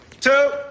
two